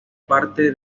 parte